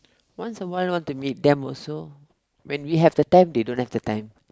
once awhile want to meet them also when we have the time they don't have the time